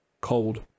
Cold